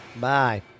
Bye